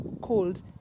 cold